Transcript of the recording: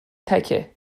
تکم